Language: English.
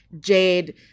Jade